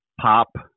pop